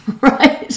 right